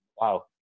wow